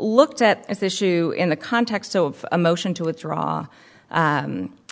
looked at this issue in the context of a motion to withdraw